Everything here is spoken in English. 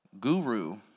guru